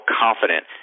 confident